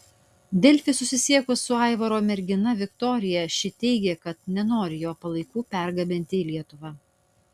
delfi susisiekus su aivaro mergina viktorija ši teigė kad nenori jo palaikų pergabenti į lietuvą